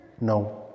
No